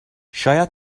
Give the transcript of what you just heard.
شاید